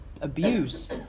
abuse